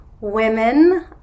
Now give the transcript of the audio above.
women